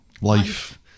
Life